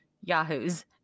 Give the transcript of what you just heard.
yahoos